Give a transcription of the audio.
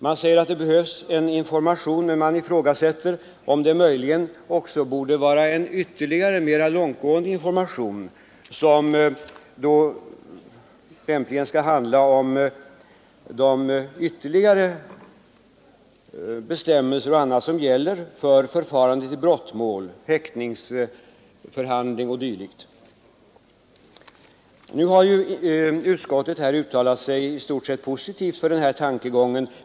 Man säger att det behövs information, men man ifrågasätter om det inte också borde lämnas ytterligare och mera långtgående information, som lämpligen skulle avse bestämmelser och annat som gäller förfarandet i brottmål, häktningsförhandling o. d. Utskottet har uttalat sig i stort sett positivt till denna tankegång.